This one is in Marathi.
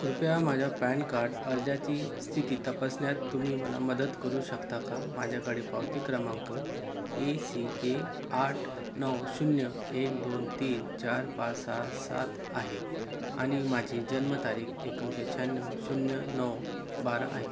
कृपया माझ्या पॅन कार्ड अर्जाची स्थिती तपासण्यात तुम्ही मला मदत करू शकता का माझ्याकडे पावती क्रमांक ए सी के आठ नऊ शून्य एक दोन तीन चार पाच सहा सात आहे आणि माझी जन्मतारीख एकोणीशे शहाण्णव शून्य नऊ बारा आहे